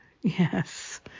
Yes